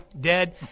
dead